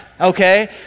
okay